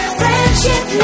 friendship